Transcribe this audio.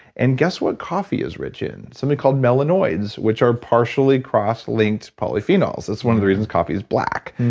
and guess what coffee is rich in? something called melanoids, which are partially cross-linked polyphenols. that's one of the reasons coffee's black.